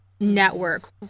network